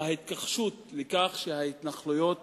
ההתכחשות לכך שההתנחלויות